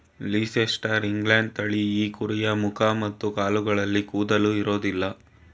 Leicester England ತಳಿ ಈ ಕುರಿಯ ಮುಖ ಮತ್ತು ಕಾಲುಗಳಲ್ಲಿ ಕೂದಲು ಇರೋದಿಲ್ಲ